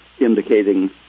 indicating